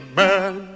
man